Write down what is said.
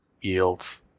Yields